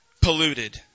polluted